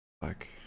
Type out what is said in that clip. fuck